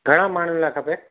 घणनि माण्हुनि लाइ खपे